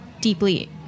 deeply